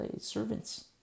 servants